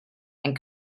and